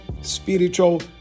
spiritual